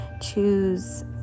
choose